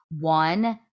one